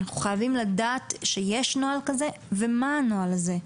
אנחנו חייבים לדעת שיש נוהל כזה ומה הנוהל הזה.